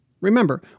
Remember